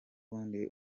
bundi